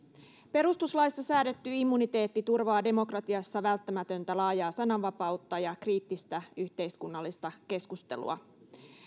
perustuslaissa säädetty immuniteetti turvaa demokratiassa välttämätöntä laajaa sananvapautta ja kriittistä yhteiskunnallista keskustelua